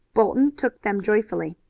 bolton took them joyfully.